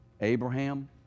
abraham